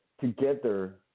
together